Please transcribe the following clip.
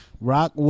Rock